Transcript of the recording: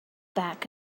back